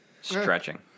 stretching